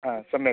अ सम्यक्